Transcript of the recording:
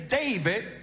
David